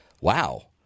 wow